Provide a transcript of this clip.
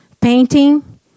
painting